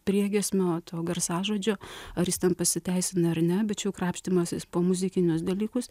priegiesmio to garsažodžio ar jis ten pasiteisina ar ne bet čia jau krapštymasis po muzikinius dalykus